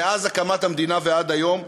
מאז הקמת המדינה ועד היום,